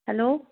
hello